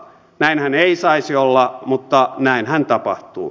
näinhän ei saisi olla mutta näinhän tapahtuu